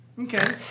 Okay